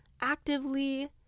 actively